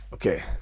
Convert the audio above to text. Okay